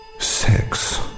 Sex